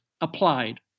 applied